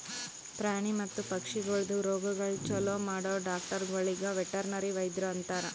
ಪ್ರಾಣಿ ಮತ್ತ ಪಕ್ಷಿಗೊಳ್ದು ರೋಗಗೊಳ್ ಛಲೋ ಮಾಡೋ ಡಾಕ್ಟರಗೊಳಿಗ್ ವೆಟರ್ನರಿ ವೈದ್ಯರು ಅಂತಾರ್